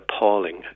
appalling